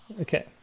okay